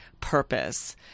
purpose